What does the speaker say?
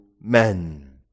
men